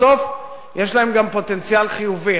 בסוף יש להם גם פוטנציאל חיובי.